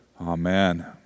Amen